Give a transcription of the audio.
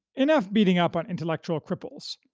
enough beating up on intellectual cripples,